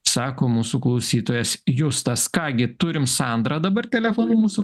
sako mūsų klausytojas justas ką gi turim sandrą dabar telefonu mūsų